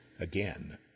again